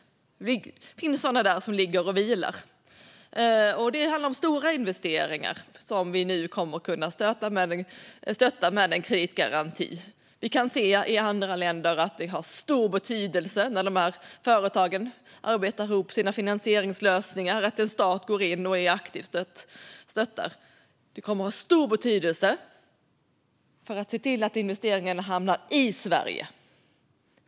Det finns sådana som ligger och vilar. Det handlar om stora investeringar som vi nu kommer att kunna stötta med en kreditgaranti. Vi kan se att det i andra länder har stor betydelse för företag som arbetar ihop sina finansieringslösningar att en stat går in och aktivt stöttar. Det kommer att få stor betydelse för att investeringarna ska hamna i Sverige.